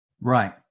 Right